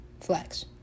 Flex